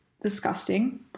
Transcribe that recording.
disgusting